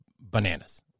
bananas